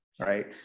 right